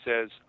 says